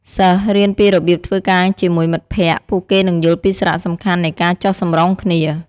សិស្សរៀនពីរបៀបធ្វើការជាមួយមិត្តភក្តិ ពួកគេនឹងយល់ពីសារៈសំខាន់នៃការចុះសម្រុងគ្នា។